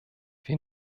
wir